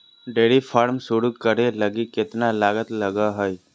dairy farm शुरू करे लगी केतना लागत लगो हइ